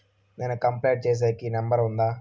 నేను కంప్లైంట్ సేసేకి నెంబర్ ఉందా?